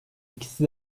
ikisi